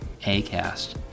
Acast